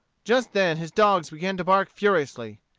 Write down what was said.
just then his dogs began to bark furiously.